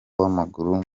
w’amaguru